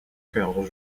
cœur